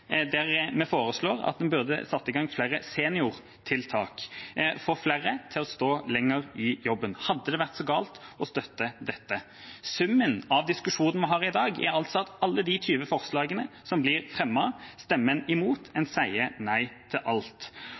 der vi foreslår å sette i gang flere seniortiltak for å få flere til å stå lenger i jobb – hadde det vært så galt å støtte dette? Summen av diskusjonen vi har i dag, er altså at alle de 20 forslagene som blir fremmet, stemmer en imot – en sier nei til alt.